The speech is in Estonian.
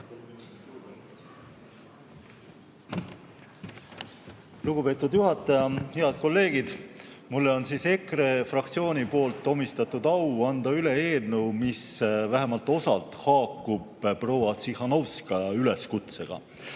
Lugupeetud juhataja! Head kolleegid! Mulle on EKRE fraktsiooni poolt omistatud au anda üle eelnõu, mis vähemalt osalt haakub proua Tsihhanovskaja üleskutsega.